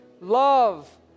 love